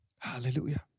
Hallelujah